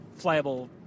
flyable